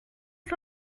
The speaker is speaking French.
sur